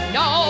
no